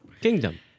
kingdom